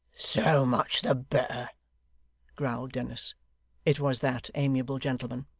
so much the better growled dennis it was that amiable gentleman.